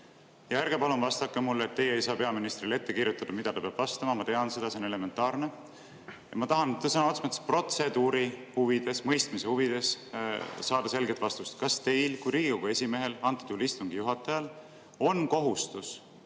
Ja ärge palun vastake mulle, et teie ei saa peaministrile ette kirjutada, mida ta peab vastama. Ma tean seda, see on elementaarne. Ma tahan sõna otseses mõttes protseduuri huvides, mõistmise huvides saada selget vastust. Kas teil kui Riigikogu esimehel, antud juhul istungi juhatajal, on